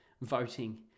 voting